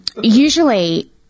usually